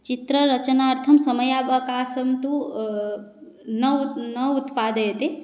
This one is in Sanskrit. चित्ररचनार्थं समयावकाशः तु न न उत्पादयति